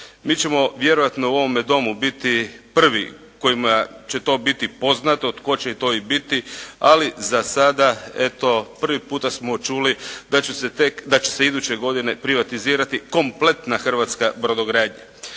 Mi ćemo vjerojatno u ovome Domu biti prvi kojima će to biti poznato tko će to i biti ali za sada eto prvi puta smo čuli da će se tek, da će se iduće godine privatizirati kompletna hrvatska brodogradnja.